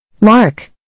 Mark